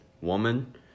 woman